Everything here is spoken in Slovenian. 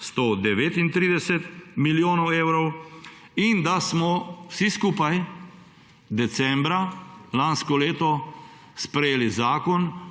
139 milijonov evrov in da smo vsi skupaj decembra lansko leto sprejeli zakon